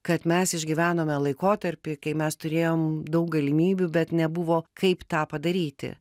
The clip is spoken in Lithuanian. kad mes išgyvenome laikotarpį kai mes turėjom daug galimybių bet nebuvo kaip tą padaryti